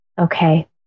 Okay